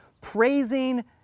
praising